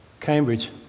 Cambridge